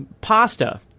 pasta